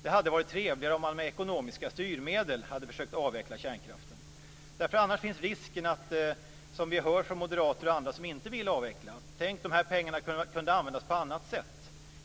Det hade varit trevligare om man med ekonomiska styrmedel hade försökt avveckla kärnkraften. Annars finns risken, som vi har hört från moderater och andra som inte vill avveckla kärnkraften, att de säger att dessa pengar kunde användas på annat sätt.